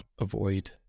avoid